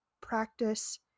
Practice